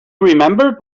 remembered